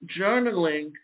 journaling